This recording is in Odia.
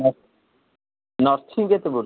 ନୋଟ ନୋଟ ଥ୍ରୀ କେତେ ପଡ଼ୁଛି